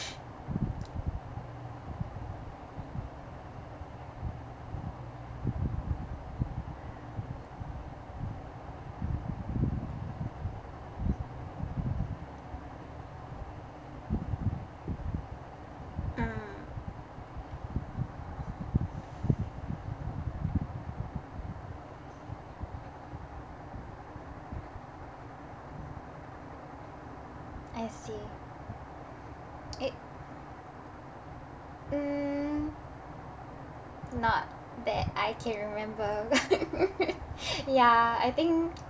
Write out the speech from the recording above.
mm it mm I see eh mm not that I can remember ya I think